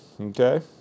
Okay